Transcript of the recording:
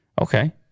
Okay